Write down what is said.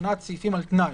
בבחינת סעיפים על תנאי.